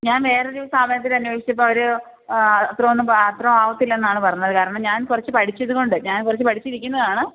ഞാൻ വേറൊരു സ്ഥാപനത്തിൽ അന്വേഷിച്ചപ്പോൾ അവർ അത്ര ഒന്നും അത്ര ആകത്തില്ല എന്നാണ് പറഞ്ഞത് കാരണം ഞാൻ കുറച്ച് പഠിച്ചതുകൊണ്ട് ഞാൻ കുറച്ച് പഠിച്ചിരിക്കുന്നതാണ്